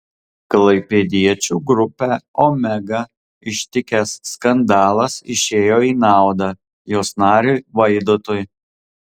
klaipėdiečių grupę omega ištikęs skandalas išėjo į naudą jos nariui vaidotui